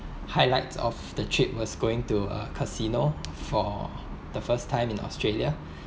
highlights of the trip was going to a casino for the first time in australia